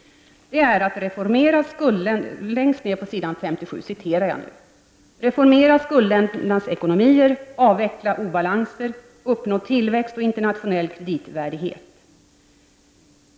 De återfinns på s. 57 i betänkandet: ”-—-—- reformera skuldländernas ekonomier, avveckla obalanser, uppnå tillväxt och internationell kreditvärdighet.